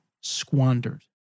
squandered